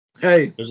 Hey